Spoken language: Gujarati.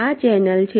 આ ચેનલ છે